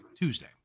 Tuesday